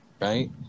right